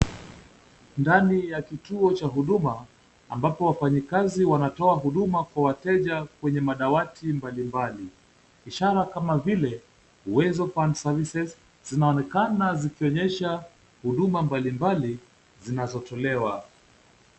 Ndani ya kituo cha Huduma ambapo wafanyakazi wanatoa huduma kwa wateja kwenye madawati mbali mbali. Ishara kama vile Uwezo Fund service zinaonekana zikionyesha huduma mbali mbali zinazotolewa.